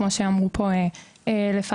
כמו שאמרו פה לפניי.